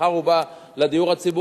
ומחר הוא בא לדיור הציבורי,